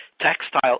Textile